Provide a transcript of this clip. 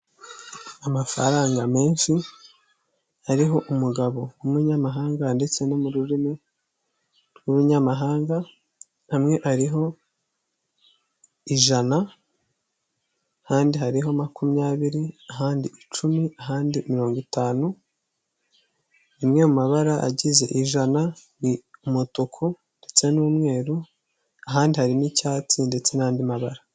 Amafaranga menshi hariho umugabo w’umunyamahanga ndetse no mu rurimi rw’umunyamahanga. Amwe ariho ijana, ahandi hariho makumyabiri, ahandi icumi, ahandi mirongo itanu. Imwe mu mabara agize ijana n’umutuku ndetse n’umweru, ahandi hari n’icyatsi ndetse n’andi mabara.